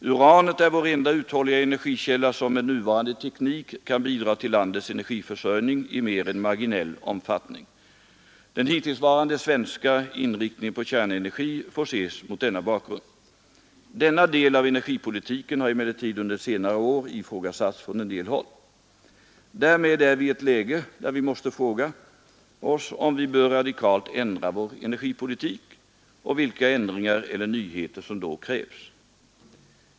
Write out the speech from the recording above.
Uranet är vår enda uthålliga energikälla som med nuvarande teknik kan bidra till landets energiförsörjning i mer än marginell omfattning. Den hittillsvarande svenska inriktningen på kärnenergi får ses mot denna bakgrund. Denna del av energipolitiken har emellertid under senare tid ifrågasatts på en del håll. Därmed är vi i ett läge, där vi måste fråga oss om vi bör radikalt ändra vår energipolitik och vilka ändringar eller nyheter som då krävs.